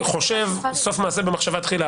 סוף מעשה במחשבה תחילה,